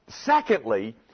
secondly